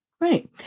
Right